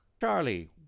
Charlie